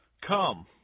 Come